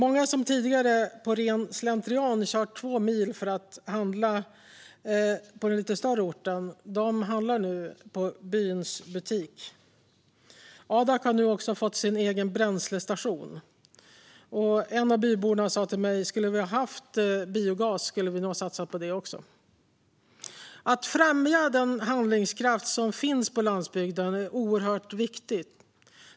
Många som tidigare av ren slentrian kört två mil för att handla på den lite större orten handlar nu i byns butik. Adak har nu också fått sin egen bränslestation. En av byborna sa till mig: Om vi hade haft biogas skulle vi nog ha satsat på det också. Att främja den handlingskraft som finns på landsbygden är oerhört viktigt.